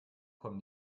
kommt